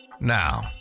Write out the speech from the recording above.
Now